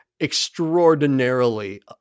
extraordinarily